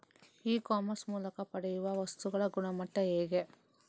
E commerce ಮೂಲಕ ಪಡೆಯುವ ವಸ್ತುಗಳ ಗುಣಮಟ್ಟ ಹೇಗೆ?